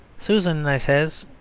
susan, i says,